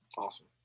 Awesome